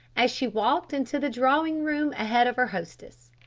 as she walked into the drawing-room ahead of her hostess.